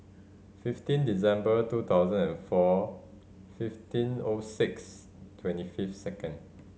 fifteen December two thousand and four fifteen O six twenty fifth second